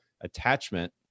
attachment